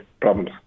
problems